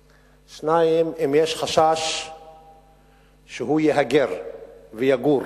שתיים, אם יש חשש שהוא יהגר ויגור